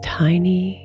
tiny